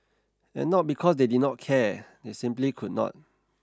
and not because they did not care they simply could not